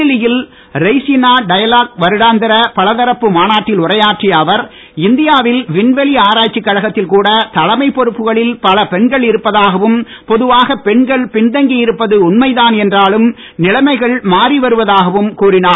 புதுடெல்லியில் ரெய்சினா டயலாக் வருடாந்திர பலதரப்பு மாநாட்டில் உரையாற்றிய அவர் இந்தியாவில் விண்வெளி ஆராய்ச்சிக் கழகத்தில் கூட தலைமைப் பொறுப்புகளில் பல பெண்கள் இருப்பதாகவும் பொதுவாக பெண்கள் பின் தங்கி இருப்பது உண்மைதான் என்றாலும் நிலைமைகள் மாறி வருவதாகவும் கூறினார்